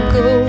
go